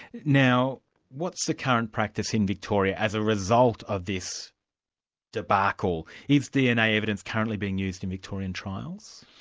now what's the current practice in victoria as a result of this debacle? is dna evidence currently being used in victorian trials?